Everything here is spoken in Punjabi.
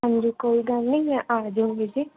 ਹਾਂਜੀ ਕੋਈ ਗੱਲ ਨਹੀਂ ਮੈਂ ਆ ਜਾਊਂਗੀ ਜੀ